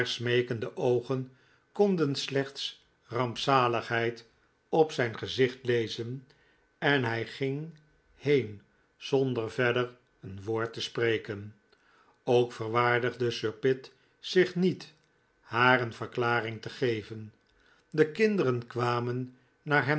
haar smeekende oogen konden slechts rampzaligheid op zijn gezicht lezen en hij ging heen zonder verder een woord te spreken ook verwaardigde sir pitt zich niet haar een verklaring te geven de kinderen kwamen naar hem